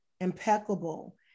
impeccable